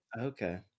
Okay